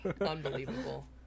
Unbelievable